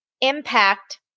impact